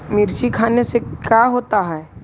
मिर्ची खाने से का होता है?